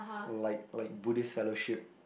like like Buddhist fellowship